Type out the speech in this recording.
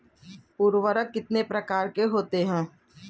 उर्वरक कितने प्रकार के होते हैं?